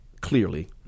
clearly